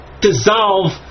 dissolve